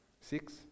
Six